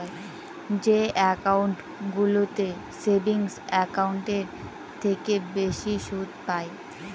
যে একাউন্টগুলোতে সেভিংস একাউন্টের থেকে বেশি সুদ পাই